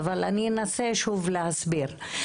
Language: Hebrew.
אני אנסה שוב להסביר.